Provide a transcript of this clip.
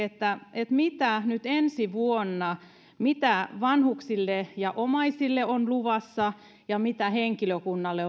mitä ensi vuonna on luvassa vanhuksille omaisille ja henkilökunnalle